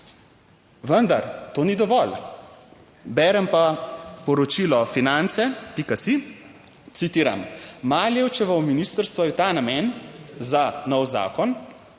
Vendar to ni dovolj. Berem pa poročilo Finance.si citiram: "Maljevčevo ministrstvo je v ta namen za nov zakon